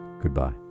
goodbye